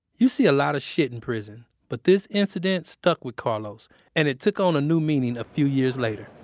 you see a lot of shit in prison, but this incident stuck with carlos and it took on a new meaning a few years later.